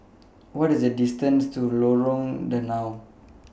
What IS The distances to Lorong Danau